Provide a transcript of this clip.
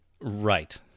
Right